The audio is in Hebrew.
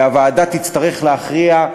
הוועדה תצטרך להכריע,